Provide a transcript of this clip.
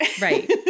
right